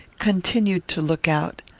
continued to look out.